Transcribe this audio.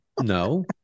No